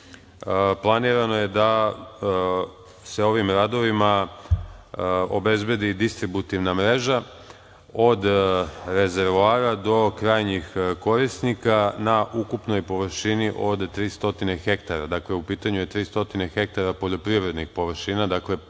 planirano je da se ovim radovima obezbedi distributivna mreža, od rezervoara do krajnjih korisnika, na ukupnoj površini od 300 hektara.